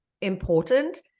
important